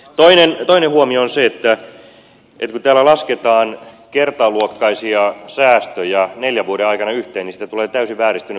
toinen huomio on se että kun täällä lasketaan kertaluokkaisia säästöjä neljän vuoden aikana yhteen niin siitä tulee täysin vääristynyt kuva